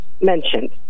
mentioned